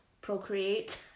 procreate